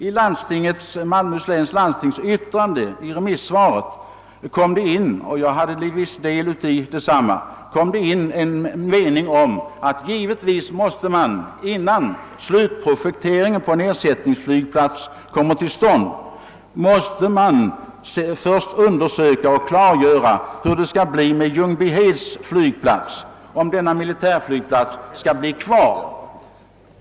I Malmöhus läns landstings remissyttrande, som jag bidragit till att utforma, förekommer en mening där det framhålles, att man innan slutprojekteringen på en ersättningsflygplats utföres först måste ha klart för sig om Ljungbyheds militärflygplats skall vara kvar.